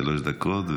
שלוש דקות,